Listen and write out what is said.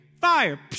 fire